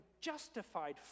justified